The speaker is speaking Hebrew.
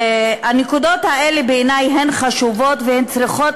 הנקודות האלה בעיני הן חשובות והן צריכות